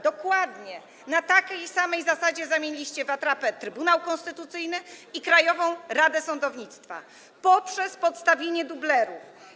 Dokładnie na takiej samej zasadzie zamieniliście w atrapę Trybunał Konstytucyjny i Krajową Radę Sądownictwa, poprzez podstawienie dublerów.